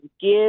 give